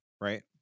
right